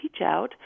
Teachout